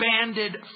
banded